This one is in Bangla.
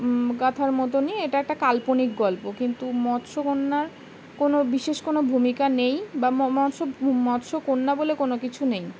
কাথার মতোনই এটা একটা কাল্পনিক গল্প কিন্তু মৎস্য কন্যার কোনো বিশেষ কোনো ভূমিকা নেই বা মৎস্য মৎস্য কন্যা বলে কোনো কিছু নেই